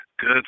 Good